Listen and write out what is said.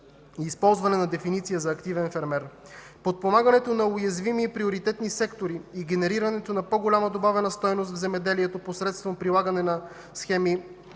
и използване на дефиниция за „активен фермер”. Подпомагане на уязвими и приоритетни сектори и генерирането на по-голяма добавена стойност за земеделието посредством прилагане на схеми